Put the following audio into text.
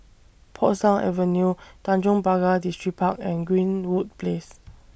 Portsdown Avenue Tanjong Pagar Distripark and Greenwood Place